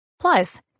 Plus